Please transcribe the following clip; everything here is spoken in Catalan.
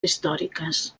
històriques